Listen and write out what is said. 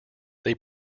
they